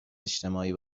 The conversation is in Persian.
اجتماعی